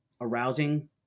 arousing